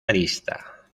arista